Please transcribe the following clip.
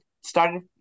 started